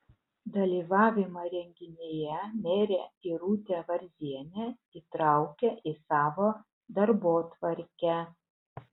dalyvavimą renginyje merė irutė varzienė įtraukė į savo darbotvarkę